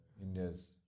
India's